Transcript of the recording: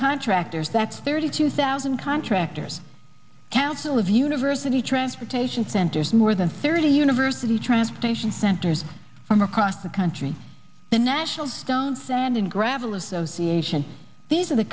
contractors that's thirty two thousand contractors council of university transportation centers more than thirty university transportation centers from across the country the national down sand and gravel association these are the